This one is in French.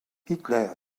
hitler